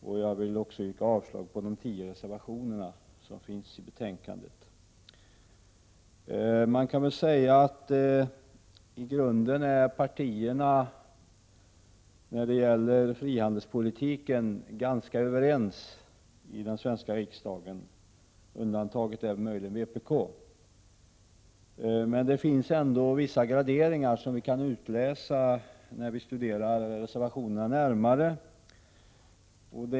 Jag yrkar också avslag på de tio reservationer som finns i betänkandet. Man kan säga att partierna när det gäller frihandelspolitiken i grunden är överens i den svenska riksdagen, undantaget möjligen vpk. Men det finns ändå vissa graderingar som vi kan utläsa när vi studerar reservationerna närmare.